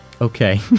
okay